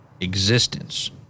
existence